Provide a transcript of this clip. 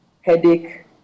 headache